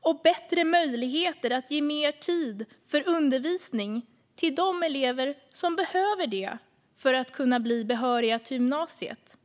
och bättre möjligheter att ge mer tid för undervisning till de elever som behöver det för att kunna bli behöriga till gymnasiet.